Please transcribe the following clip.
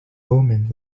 omens